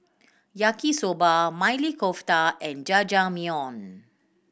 Yaki Soba Maili Kofta and Jajangmyeon